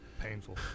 Painful